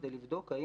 כדי לבדוק אם